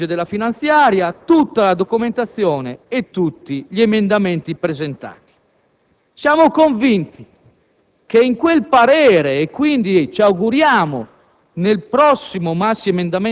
tutto il disegno di legge della finanziaria, tutta la documentazione e tutti gli emendamenti presentati. Siamo convinti che in quel parere - e, quindi, ci auguriamo